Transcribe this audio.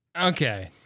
Okay